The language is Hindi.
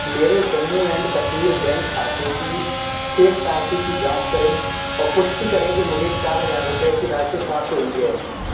मेरे जम्मू एंड कश्मीर बैंक खाते की शेष राशि की जाँच करें और पुष्टि करें कि मुझे चार हज़ार रुपये की राशि प्राप्त हुई है